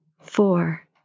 Four